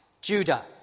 Judah